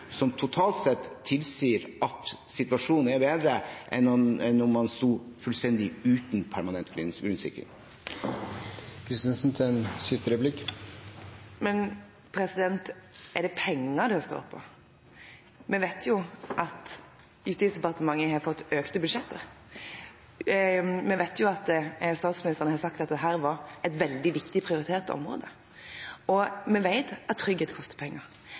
som totalt sett tilsier at situasjonen er bedre enn da man sto fullstendig uten permanent grunnsikring. Men er det penger det står på? Vi vet at Justisdepartementet har fått økte budsjetter. Vi vet at statsministeren har sagt at dette var et veldig viktig, prioritert område. Vi vet at trygghet koster penger.